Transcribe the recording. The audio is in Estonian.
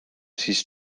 siis